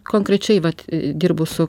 konkrečiai vat dirbu su